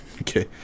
Okay